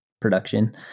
production